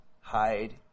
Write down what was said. hide